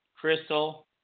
Crystal